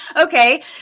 Okay